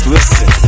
Listen